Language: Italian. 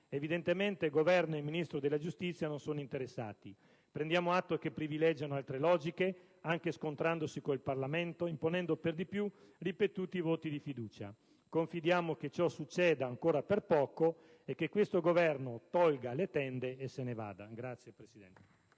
Evidentemente, Governo e Ministro della giustizia non sono interessati. Prendiamo atto che privilegiano altre logiche, anche scontrandosi con il Parlamento, imponendo per di più ripetuti voti di fiducia. Confidiamo che ciò succeda ancora per poco e che questo Governo tolga le tende e se ne vada. *(Applausi